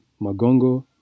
Magongo